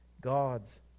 God's